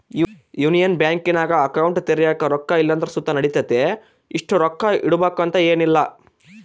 union ಬ್ಯಾಂಕಿನಾಗ account ತೆರ್ಯಾಕ ರೊಕ್ಕ ಇಲ್ಲಂದ್ರ ಸುತ ನಡಿತತೆ, ಇಷ್ಟು ರೊಕ್ಕ ಇಡುಬಕಂತ ಏನಿಲ್ಲ